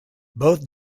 both